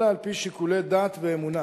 אלא על-פי שיקולי דת ואמונה.